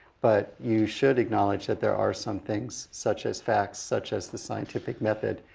but, you should acknowledge that there are some things, such as facts, such as the scientific method.